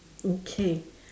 okay